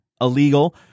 illegal